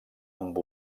amb